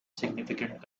significant